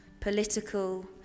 political